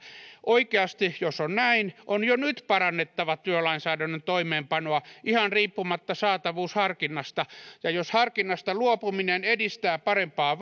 oikeasti jos on näin on jo nyt parannettava työlainsäädännön toimeenpanoa ihan riippumatta saatavuusharkinnasta ja jos harkinnasta luopuminen edistää parempaa